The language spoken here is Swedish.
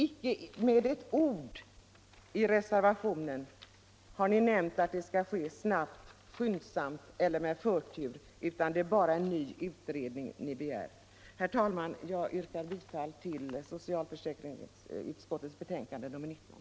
Icke med ett ord har ni i reservationen nämnt att det skall ske snabbt, skyndsamt eller med förtur, utan det är bara en ny utredning som ni begär. Herr talman! Jag yrkar bifall till socialförsäkringsutskottets hemställan i dess betänkande nr 19.